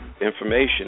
information